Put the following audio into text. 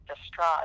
distraught